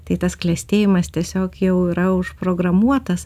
tai tas klestėjimas tiesiog jau yra užprogramuotas